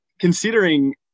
considering